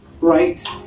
right